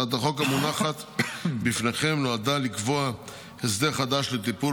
הצעת החוק המונחת בפניכם נועדה לקבוע הסדר חדש לטיפול